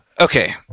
Okay